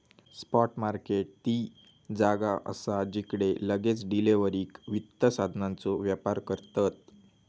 spot market ती जागा असा जिकडे लगेच डिलीवरीक वित्त साधनांचो व्यापार करतत